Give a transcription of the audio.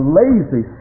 lazy